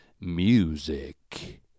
music